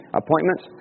appointments